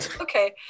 Okay